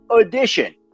edition